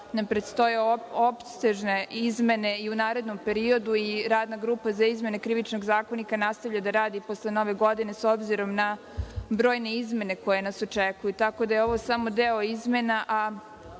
nam predstoje opsežne izmene i u narednom periodu i radna grupa za izmene Krivičnog zakonika nastavlja da radi posle Nove godine, s obzirom na brojne izmene koje nas očekuju. Tako da je ovo samo deo izmena,